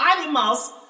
animals